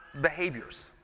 behaviors